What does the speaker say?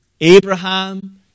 Abraham